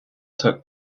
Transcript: took